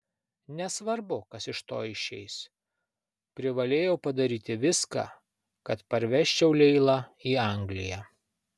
nesvarbu kas iš to išeis privalėjau padaryti viską kad parvežčiau leilą į angliją